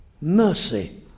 mercy